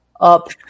Up